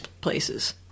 places